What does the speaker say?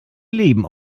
leben